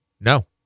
No